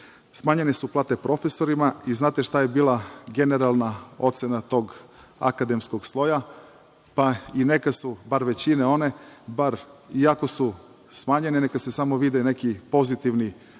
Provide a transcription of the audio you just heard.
su plate profesorima i znate šta je bila generalna ocena tog akademskog sloja? Pa, i neka su bar većine one, bar iako su smanjene, neka se samo vide neki pozitivni